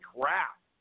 crap